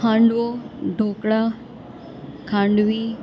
handvo dhokla ખાંડવી